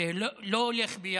זה לא הולך ביחד.